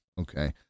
Okay